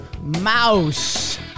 mouse